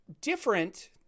different